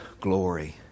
glory